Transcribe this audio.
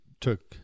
took